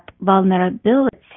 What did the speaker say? vulnerability